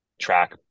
track